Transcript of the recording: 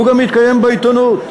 והוא מתקיים גם בעיתונות.